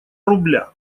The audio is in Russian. рубля